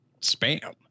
spam